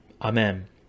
Amen